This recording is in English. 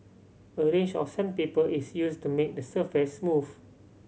a range of sandpaper is used to make the surface smooth